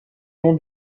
nom